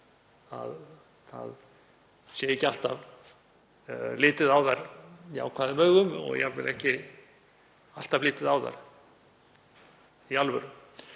að ekki sé alltaf litið á þær jákvæðum augum og jafnvel ekki alltaf litið á þær í alvöru.